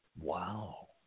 Wow